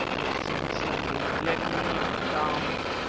it said slowly. let me count!